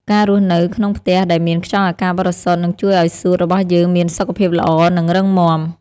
ការរស់នៅក្នុងផ្ទះដែលមានខ្យល់អាកាសបរិសុទ្ធនឹងជួយឱ្យសួតរបស់យើងមានសុខភាពល្អ និងរឹងមាំ។